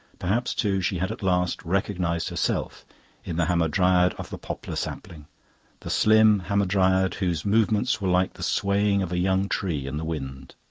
perhaps, too, she had at last recognised herself in the hamadryad of the poplar sapling the slim hamadryad whose movements were like the swaying of a young tree in the wind.